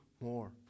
more